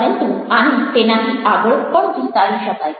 પરંતુ આને તેનાથી આગળ પણ વિસ્તારી શકાય